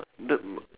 that